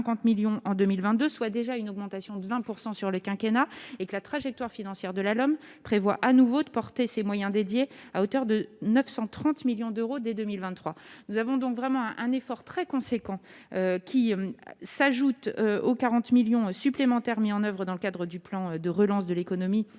nous avons donc vraiment un effort très conséquent qui s'ajoutent aux 40 millions supplémentaires mis en oeuvre dans le cadre du plan de relance de l'économie